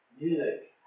music